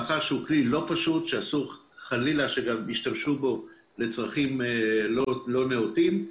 מאחר שזה כלי לא פשוט ואסור חלילה שישתמשו בו לצרכים לא נאותים,